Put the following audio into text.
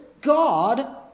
God